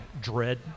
dread